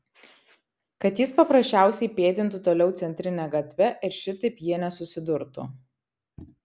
kad jis paprasčiausiai pėdintų toliau centrine gatve ir šitaip jie nesusidurtų